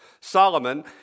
solomon